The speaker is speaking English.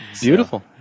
beautiful